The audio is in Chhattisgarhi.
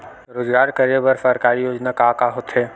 रोजगार करे बर सरकारी योजना का का होथे?